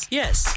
yes